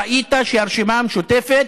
ראית שהרשימה המשותפת